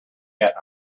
yet